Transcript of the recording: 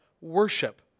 worship